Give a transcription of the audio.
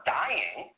dying –